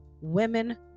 women